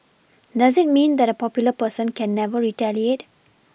does it mean that a popular person can never retaliate